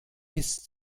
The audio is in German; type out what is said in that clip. bis